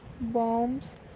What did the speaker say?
bombs